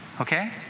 Okay